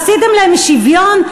עשיתם להם שוויון?